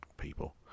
People